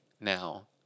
Now